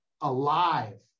alive